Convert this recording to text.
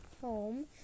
home